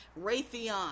Raytheon